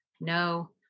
no